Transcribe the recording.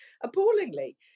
appallingly